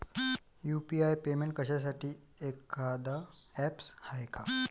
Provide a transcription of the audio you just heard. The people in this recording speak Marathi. यू.पी.आय पेमेंट करासाठी एखांद ॲप हाय का?